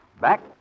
back